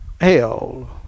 hell